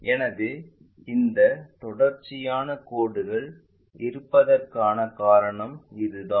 எனவே இந்த தொடர்ச்சியான கோடுகள் இருப்பதற்கான காரணம் இதுதான்